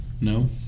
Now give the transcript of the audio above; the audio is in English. No